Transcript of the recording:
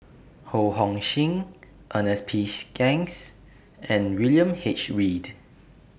Ho Hong Sing Ernest P Shanks and William H Read